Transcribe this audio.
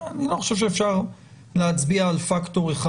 אני לא חושב שאפשר להצביע על פקטור אחד.